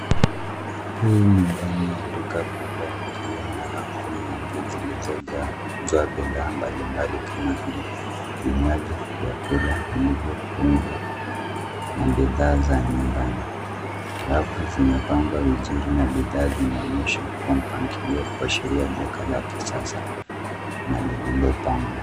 Hii ni ndani ya duka kubwa likiwa na rafu nyingi zilizojazwa bidhaa mbalimbali kama vile vinywaji, vyakula vilivyofungwa na bidhaa za nyumbani. rafu zimepangwa vizuri na bidhaa zimeonyeshwa kwa mpangilio kuashiria duka la kisasa na lililopangwa.